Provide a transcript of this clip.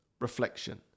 reflection